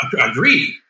Agreed